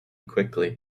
quickly